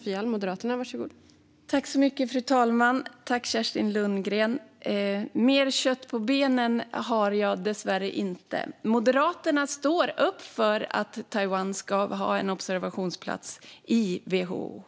Fru talman! Mer kött på benen har jag dessvärre inte. Men Moderaterna står upp för att Taiwan ska ha en observatörsplats i WHO.